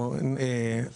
לי איזשהו תקר ברכב.